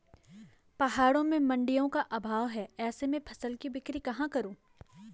पहाड़ों में मडिंयों का अभाव है ऐसे में फसल की बिक्री कहाँ करूँ?